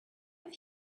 have